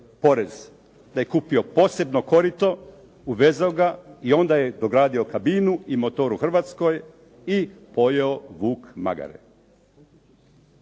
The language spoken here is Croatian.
te je kupio posebno korito, uvezao ga i onda je dogradio kabinu i motor u Hrvatsku i pojeo vuk magare.